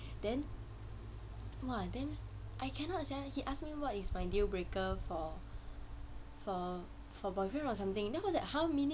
then !wah! then I cannot sia he ask me what is my deal breaker for for boyfriend or something then I was like !huh! meaning